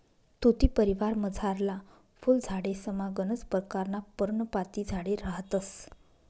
तुती परिवारमझारला फुल झाडेसमा गनच परकारना पर्णपाती झाडे रहातंस